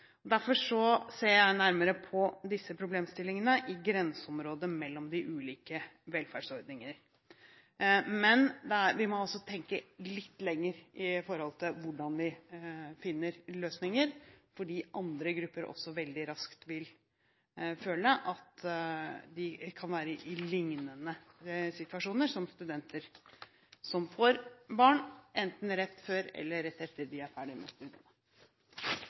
Derfor ser jeg nærmere på disse problemstillingene i grenseområdet mellom de ulike velferdsordningene. Men vi må altså tenke litt lenger på hvordan vi finner løsninger her, for andre grupper vil veldig raskt kunne føle at de er i lignende situasjoner som studenter som får barn, enten rett før eller rett etter at de er ferdig